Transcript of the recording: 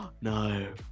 No